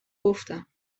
گفتم